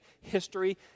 history